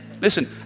Listen